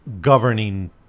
governing